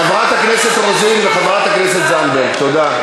חברת הכנסת רוזין וחברת הכנסת זנדברג, תודה.